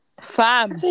fam